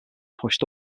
pushed